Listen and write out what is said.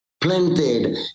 planted